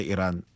Iran